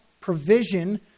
provision